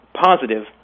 positive